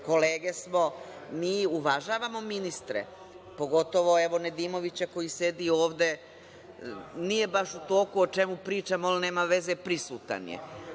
kolege smo. Mi uvažavamo ministre, pogotovo, evo, Nedimovića koji sedi ovde. Nije baš u toku o čemu pričamo, ali nema veze, prisutan je.